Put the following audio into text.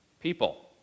People